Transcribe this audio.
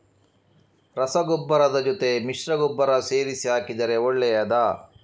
ರಸಗೊಬ್ಬರದ ಜೊತೆ ಮಿಶ್ರ ಗೊಬ್ಬರ ಸೇರಿಸಿ ಹಾಕಿದರೆ ಒಳ್ಳೆಯದಾ?